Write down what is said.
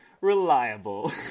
reliable